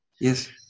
Yes